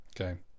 okay